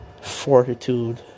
fortitude